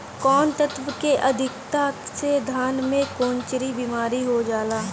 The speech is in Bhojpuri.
कौन तत्व के अधिकता से धान में कोनची बीमारी हो जाला?